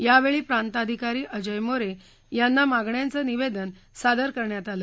यावेळी प्रांताधिकारी अजय मोरे यांना मागण्यांचं निवेदन सादर करण्यात आलं